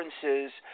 differences